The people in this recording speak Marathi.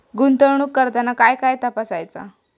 गुंतवणूक करताना काय काय तपासायच?